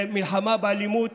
ומלחמה באלימות